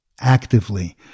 actively